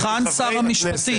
היכן שר המשפטים?